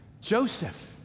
Joseph